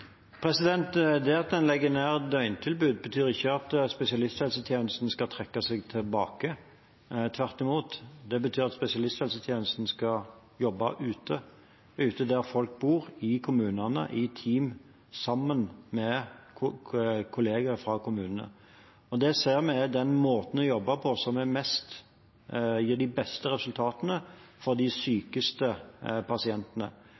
Det at en legger ned døgntilbud, betyr ikke at spesialisthelsetjenesten skal trekke seg tilbake. Tvert imot, det betyr at spesialisthelsetjenesten skal jobbe ute der folk bor, i kommunene, i team sammen med kollegaer fra kommunene. Det ser vi er den måten å jobbe på som gir de beste resultatene for de sykeste pasientene.